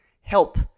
help